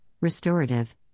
restorative